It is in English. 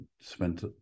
spent